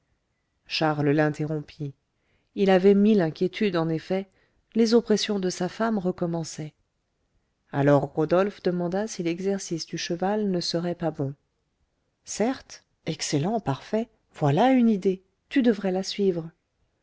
charles l'interrompit il avait mille inquiétudes en effet les oppressions de sa femme recommençaient alors rodolphe demanda si l'exercice du cheval ne serait pas bon certes excellent parfait voilà une idée tu devrais la suivre